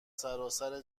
سراسر